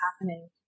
happening